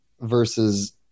versus